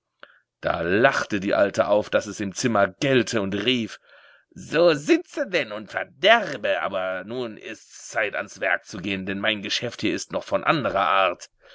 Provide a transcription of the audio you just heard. da lachte die alte auf daß es im zimmer gellte und rief so sitze denn und verderbe aber nun ist's zeit ans werk zu gehen denn mein geschäft hier ist noch von anderer art